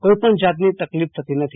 કોઇપણ જાતની તકલીફ થતી નથી